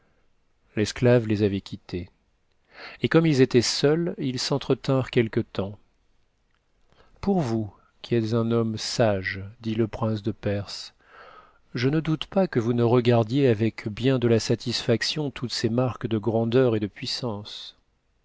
l'esclave les avait quittés et comme ils étaient seuls ils s'entretinrent quelque temps pour vous qui êtes un homme sage dit le prince de perse je ne doute pas que vous ne regardiez avec bien de la satisfaction toutes ces marques de grandeur et de puissance